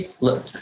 look